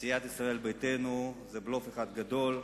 סיעת ישראל ביתנו זה בלוף אחד גדול.